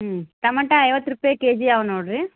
ಹ್ಞೂ ಟಮಟ ಐವತ್ತು ರೂಪಾಯ್ ಕೆಜಿ ಅವೆ ನೋಡಿರಿ